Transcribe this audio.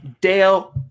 Dale